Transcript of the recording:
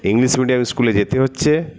English medium স্কুলে যেতে হচ্ছে